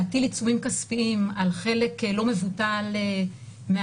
להטיל עיצומים כספיים על חלק לא מבוטל מההפרות